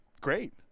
great